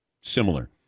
similar